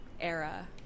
era